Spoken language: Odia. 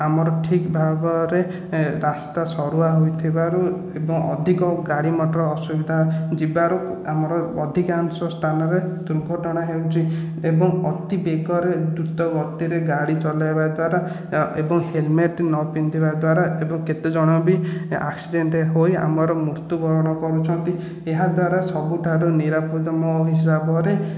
ଆମର ଠିକ୍ ଭାବରେ ରାସ୍ତା ସରୁଆ ହୋଇଥିବାରୁ ଏବଂ ଅଧିକ ଗାଡ଼ି ମଟର୍ ଅସୁବିଧା ଯିବାରୁ ଆମର ଅଧିକାଂଶ ସ୍ଥାନରେ ଦୁର୍ଘଟଣା ହେଉଛି ଏବଂ ଅତି ବେଗରେ ଦ୍ରୁତ ଗତିରେ ଗାଡ଼ି ଚଲେଇବା ଦ୍ଵାରା ଏବଂ ହେଲମେଟ୍ ନ ପିନ୍ଧିବା ଦ୍ୱାରା ଏବଂ କେତେ ଜଣ ବି ଆକ୍ସିଡେଣ୍ଟ୍ ହୋଇ ଆମର ମୃତ୍ୟୁବରଣ କରୁଛନ୍ତି ଏହାଦ୍ୱାରା ସବୁଠାରୁ ନିରାପଦ ମୋ ହିସାବରେ